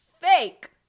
Fake